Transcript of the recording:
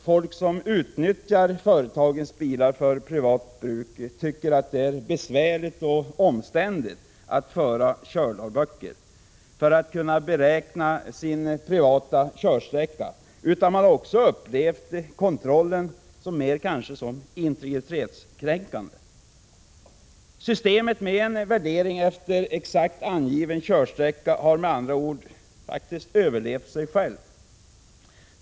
Folk som utnyttjar företagens bilar för privat bruk inte bara tycker att det är besvärligt och omständligt att föra kördagböcker för att kunna beräkna sin privata körsträcka utan upplever också kontrollen som integritetskränkande. Systemet med en värdering efter exakt angiven körsträcka har med andra ord redan överlevt sig självt.